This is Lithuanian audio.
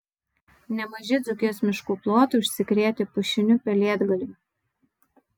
nemaži dzūkijos miškų plotai užsikrėtę pušiniu pelėdgalviu